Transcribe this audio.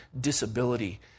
disability